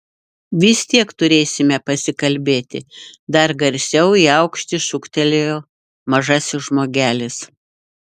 vis tiek turėsime pasikalbėti dar garsiau į aukštį šūktelėjo mažasis žmogelis